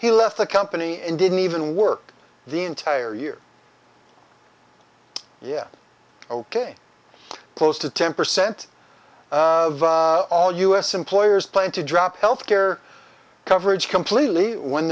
he left the company and didn't even work the entire year yet ok close to ten percent of all u s employers plan to drop health care coverage completely when